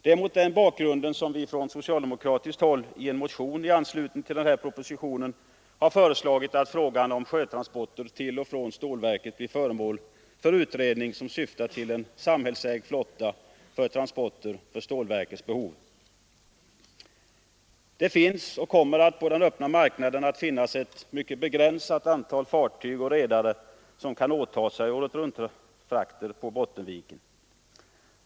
Det är mot den bakgrunden som vi från socialdemokratiskt håll i en motion i anslutning till propositionen har föreslagit att frågan om sjötransporter till och från stålverket blir föremål för utredning som syftar till en samhällsägd flotta för transporter för stålverkets behov. På den öppna marknaden finns och kommer det att finnas ett mycket begränsat antal fartyg och redare som kan åtaga sig året runt-frakter på Bottenviken.